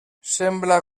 sembla